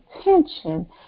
attention